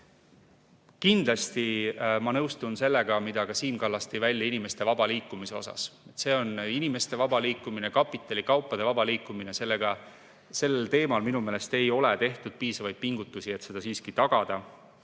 Kindlasti ma nõustun sellega, mida Siim Kallas tõi välja inimeste vaba liikumise osas. See on inimeste vaba liikumine, kapitali ja kaupade vaba liikumine. Minu meelest ei ole tehtud piisavaid pingutusi, et seda tagada.